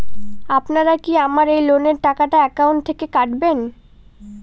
আপনারা কি আমার এই লোনের টাকাটা একাউন্ট থেকে কাটবেন?